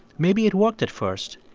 maybe it worked at first,